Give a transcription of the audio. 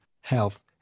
health